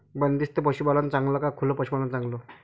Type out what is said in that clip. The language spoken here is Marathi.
बंदिस्त पशूपालन चांगलं का खुलं पशूपालन चांगलं?